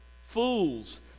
fools